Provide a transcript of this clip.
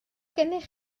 gennych